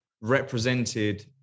represented